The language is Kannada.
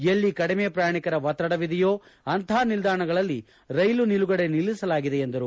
ಎಲ್ಲಿ ಕಡಿಮೆ ಪ್ರಯಾಣಿಕರ ಒತ್ತಡವಿದೆಯೋ ಅಂಥ ನಿಲ್ಲಾಣಗಳಲ್ಲಿ ರೈಲು ನಿಲುಗಡೆ ನಿಲ್ಲಿಸಲಾಗಿದೆ ಎಂದರು